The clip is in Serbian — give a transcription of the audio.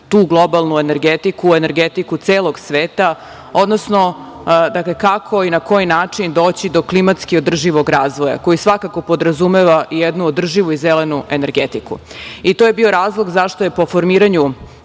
tu globalnu energetiku, energetiku celog sveta odnosno, dakle, kako i na koji način doći do klimatski održivog razvoja koji svakako podrazumeva jednu održivu i zelenu energetiku.I to je bio razlog zašto je po formiranju